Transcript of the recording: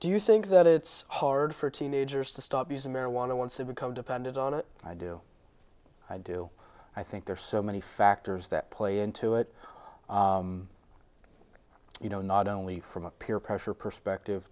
do you think that it's hard for teenagers to stop using marijuana once you become dependent on it i do i do i think there are so many factors that play into it you know not only from a peer pressure perspective